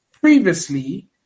previously